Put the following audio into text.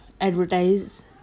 advertise